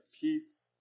peace